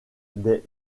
des